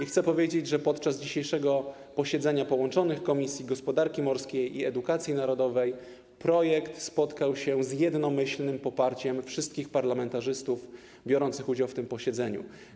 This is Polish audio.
Chcę także powiedzieć, że podczas dzisiejszego posiedzenia połączonych komisji gospodarki morskiej i komisji edukacji narodowej projekt spotkał się z jednomyślnym poparciem wszystkich parlamentarzystów biorących udział w tym posiedzeniu.